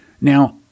Now